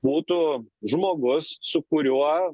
būtų žmogus su kuriuo